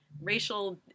racial